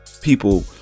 people